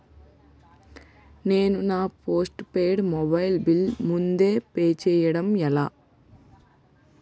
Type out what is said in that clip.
నేను నా postpaid mobile bill ముందే పే చేయడం ఎలా?